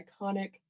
iconic